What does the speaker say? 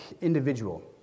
individual